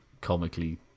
comically